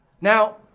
Now